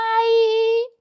bye